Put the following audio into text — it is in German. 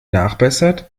nachbessert